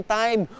time